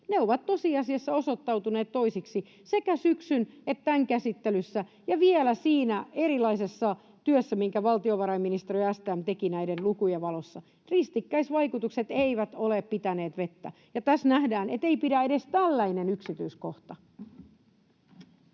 ovat tosiasiassa osoittautuneet toisiksi sekä syksyn käsittelyssä että tässä käsittelyssä ja vielä siinä erilaisessa työssä, minkä valtiovarainministeriö ja STM tekivät näiden lukujen valossa. Ristikkäisvaikutukset eivät ole pitäneet vettä, ja tässä nähdään, että ei pidä edes